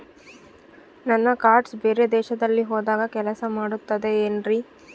ನನ್ನ ಕಾರ್ಡ್ಸ್ ಬೇರೆ ದೇಶದಲ್ಲಿ ಹೋದಾಗ ಕೆಲಸ ಮಾಡುತ್ತದೆ ಏನ್ರಿ?